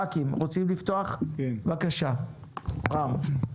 בבקשה, רם.